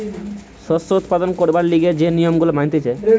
শস্য উৎপাদন করবার লিগে যে নিয়ম গুলা মানতিছে